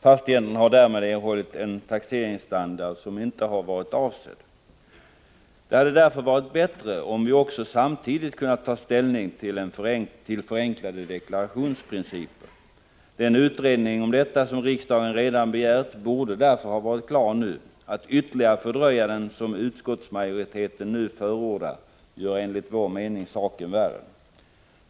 Fastigheten har därmed erhållit en taxeringsstandard som inte varit avsedd. Det hade varit bättre om vi samtidigt härmed hade kunnat ta ställning till förenklade deklarationsprinciper. Den utredning om detta som riksdagen redan begärt borde ha varit klar nu. Att ytterligare fördröja den, som utskottsmajoriteten nu förordar, gör enligt vår mening saken värre.